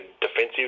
defensive